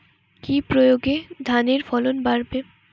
কি প্রয়গে ধানের ফলন বাড়বে?